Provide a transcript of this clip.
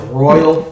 royal